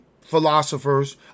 philosophers